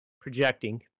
projecting